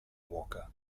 boca